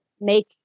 make